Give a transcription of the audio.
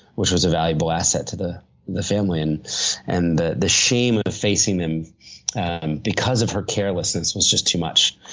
which was a valuable asset to the the family. and and the the shame of facing them and because of her carelessness was just too much.